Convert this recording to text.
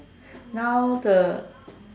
now the